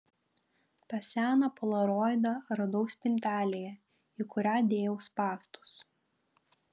tą seną polaroidą radau spintelėje į kurią dėjau spąstus